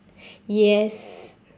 yes